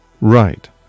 Right